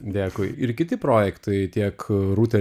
dėkui ir kiti projektai tiek rūta